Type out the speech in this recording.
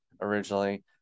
originally